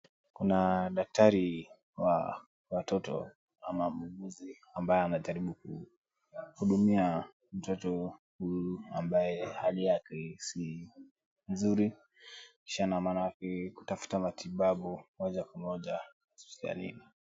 Kuna daktari wa watoto ama muuguzi, ambaye anajaribu kuhudumia mtoto huyu ambaye hali yake si nzuri. Kisha na maanake kutafuta matibabu moja kwa moja hospitalini.